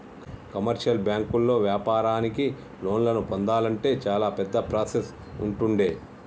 commercial బ్యాంకుల్లో వ్యాపారానికి లోన్లను పొందాలంటే చాలా పెద్ద ప్రాసెస్ ఉంటుండే